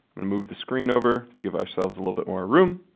and move the screen over to give ourselves a little but more room.